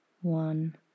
one